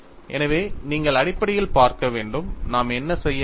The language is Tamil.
எனவே நீங்கள் அடிப்படையில் பார்க்க வேண்டும் நாம் என்ன செய்ய வேண்டும்